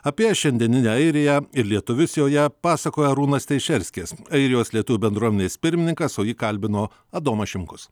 apie šiandieninę airiją ir lietuvius joje pasakoja arūnas teišerskis airijos lietuvių bendruomenės pirmininkas o jį kalbino adomas šimkus